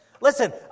Listen